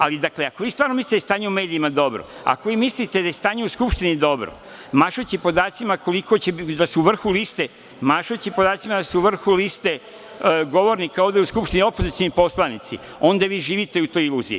Ali, dakle, ako vi stvarno mislite da je stanje u medijima dobro, ako vi mislite da je stanje u Skupštini dobro, mašući podacima da su u vrhu liste govornika ovde u Skupštini opozicioni poslanici, onda vi živite u toj iluziji.